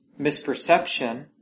misperception